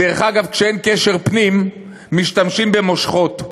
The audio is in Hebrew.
דרך אגב, כשאין קשר פְּנים, משתמשים במושכות,